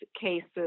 cases